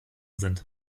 sind